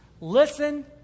Listen